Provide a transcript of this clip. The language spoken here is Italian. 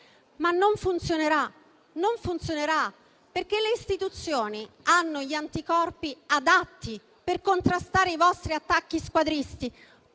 ma non funzionerà, perché le istituzioni hanno gli anticorpi adatti per contrastare i vostri attacchi squadristi.